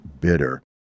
bitter